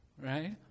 right